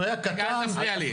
שהוא היה קטן -- למה אתה מפריע לי?